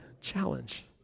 challenge